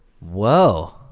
Whoa